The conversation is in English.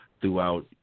throughout